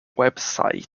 website